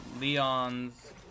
Leon's